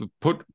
put